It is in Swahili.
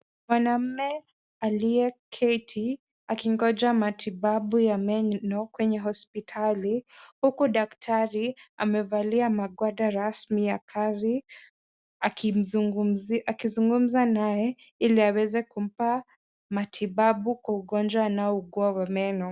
Mwanaume aliyeketi akingoja matibabu ya meno kwenye hospitali huku daktari amevalia magwanda rasmi ya kazi akizungumza naye ili aweze kumpa matibabu kwa ugonjwa anaougua wa meno.